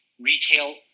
retail